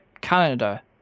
Canada